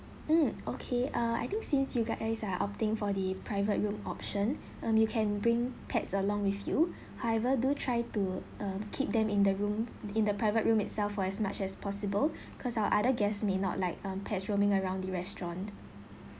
mm okay uh I think since you guys are opting for the private room option um you can bring pets along with you however do try to um keep them in the room in the private room itself for as much as possible because our other guests may not like um pet's roaming around the restaurant